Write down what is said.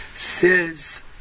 says